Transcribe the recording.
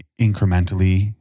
incrementally